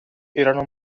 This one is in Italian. erano